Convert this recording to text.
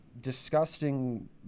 disgusting